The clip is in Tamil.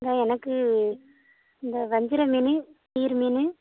எனக்கு இந்த வஞ்சிரம் மீன் சீர் மீன்